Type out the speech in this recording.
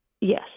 Yes